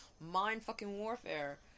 mind-fucking-warfare